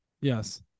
Yes